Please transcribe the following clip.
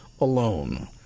alone